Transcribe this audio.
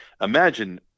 imagine